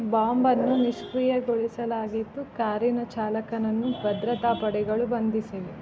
ಬಾಂಬನ್ನು ನಿಷ್ಕ್ರಿಯಗೊಳಿಸಲಾಗಿದ್ದು ಕಾರಿನ ಚಾಲಕನನ್ನು ಭದ್ರತಾ ಪಡೆಗಳು ಬಂಧಿಸಿವೆ